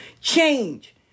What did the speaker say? change